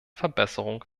verbesserung